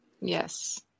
Yes